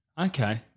Okay